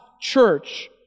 church